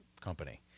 company